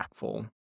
impactful